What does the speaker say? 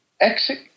exit